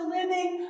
living